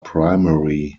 primary